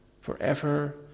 forever